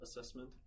assessment